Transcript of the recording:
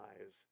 lives